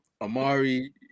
Amari